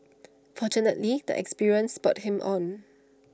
fortunately the experience spurred him on